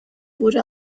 wurde